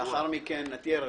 תהיה רגוע.